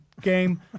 game